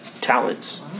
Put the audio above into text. talents